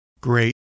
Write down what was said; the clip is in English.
great